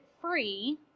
free